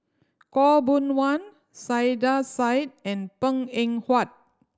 Khaw Boon Wan Saiedah Said and Png Eng Huat